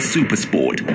Supersport